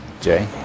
Jay